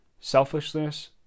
selfishness